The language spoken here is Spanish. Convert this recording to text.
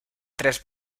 tres